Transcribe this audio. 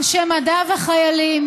אנשי מדע וחיילים,